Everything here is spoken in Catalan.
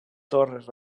torres